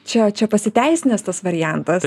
čia čia pasiteisinęs tas variantas